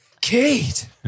Kate